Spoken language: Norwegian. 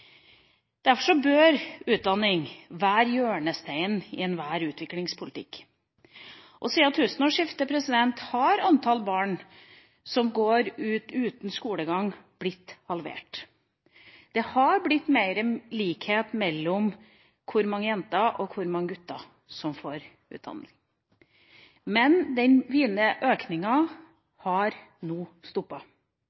Derfor bør utdanning være hjørnesteinen i enhver utviklingspolitikk. Siden tusenårsskiftet har antallet barn uten skolegang blitt halvert. Det har blitt mer likhet mellom antall jenter og gutter som får utdanning. Men den fine økninga